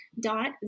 dot